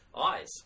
eyes